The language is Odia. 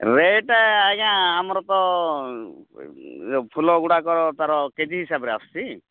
ରେଟ୍ ଆଜ୍ଞା ଆମର ତ ଫୁଲଗୁଡ଼ାକର ତା'ର କେ ଜି ହିସାବରେ ଆସୁଛି